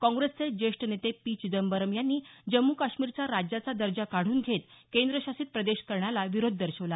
काँग्रेसचे ज्येष्ठ नेते पी चिदंबरम यांनी जम्मू काश्मीरचा राज्याचा दर्जा काढून घेत केंद्रशासित प्रदेश करण्याला विरोध दर्शवला